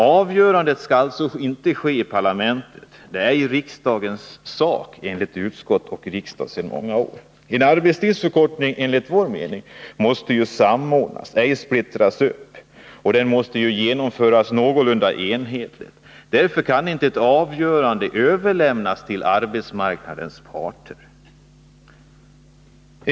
Avgörandet skall alltså enligt utskottets och riksdagens uppfattning sedan många år inte ske i parlamentet. Men en arbetstidsförkortning måste enligt vår mening samordnas — ej splittras upp — och den måste genomföras någorlunda enhetligt. Därför kan inte ett avgörande överlämnas till arbetsmarknadens parter.